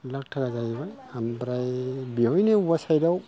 लाख थाखा जाहैबाय ओमफ्राय बेवहायनो बबेबा सायडआव